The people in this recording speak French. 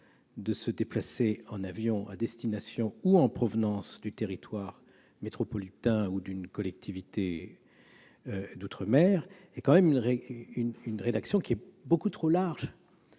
de se déplacer en avion, à destination ou en provenance du territoire métropolitain ou d'une collectivité d'outre-mer. Mais cette rédaction est beaucoup trop large